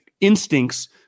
instincts